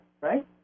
right